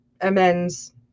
amends